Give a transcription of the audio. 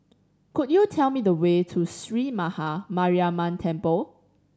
could you tell me the way to Sree Maha Mariamman Temple